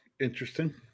Interesting